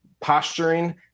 posturing